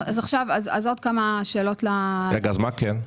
עוד כמה שאלות ל --- רגע, אז מה כן?